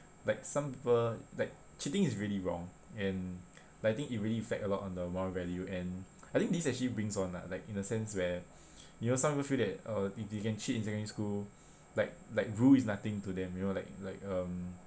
like some people like cheating is really wrong and like I think it really affect a lot on the moral value and I think this actually brings on lah like in a sense where you know some people feel that uh if you can cheat in secondary school like like rule is nothing to them you know like like um